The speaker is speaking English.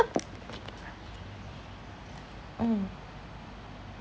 mm